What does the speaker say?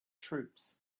troops